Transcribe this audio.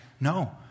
No